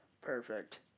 perfect